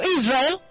Israel